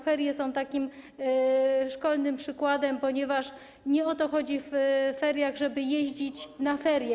Ferie są takim szkolnym przykładem, ponieważ nie o to chodzi w feriach, żeby jeździć na ferie.